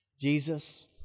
Jesus